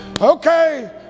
okay